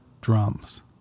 Drums